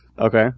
okay